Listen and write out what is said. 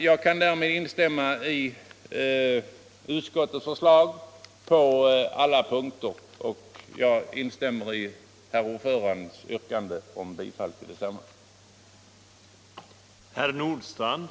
Jag kan därmed instämma i utskottets förslag på alla punkter, och jag ansluter mig till utskottsordförandens yrkande om bifall till utskottets hemställan.